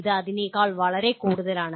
ഇത് അതിനേക്കാൾ വളരെ കൂടുതലാണ്